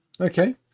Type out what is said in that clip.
okay